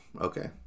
okay